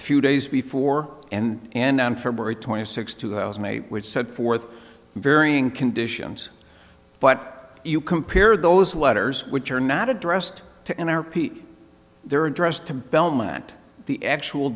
few days before and on february twenty sixth two thousand and eight which set forth in varying conditions but you compare those letters which are not addressed to n r pete their address to belmont the actual